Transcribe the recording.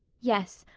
yes,